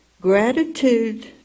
Gratitude